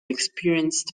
experienced